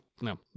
No